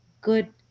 good